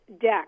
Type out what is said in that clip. deck